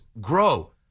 grow